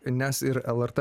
nes ir lrt